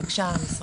אני רוצה להתייחס.